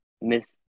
miss